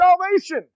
salvation